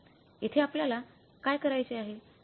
येथे आपल्याला काय करायचे आहे